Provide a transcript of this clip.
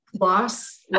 Loss